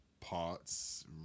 parts